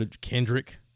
Kendrick